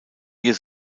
ihr